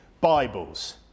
Bibles